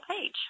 page